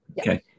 Okay